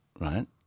right